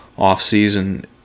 off-season